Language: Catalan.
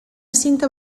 cinta